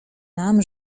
nam